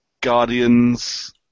Guardians